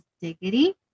Diggity